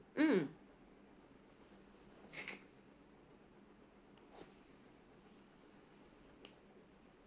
mm